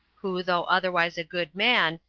who, though otherwise a good man,